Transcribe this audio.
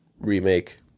remake